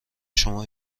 شما